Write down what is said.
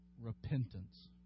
repentance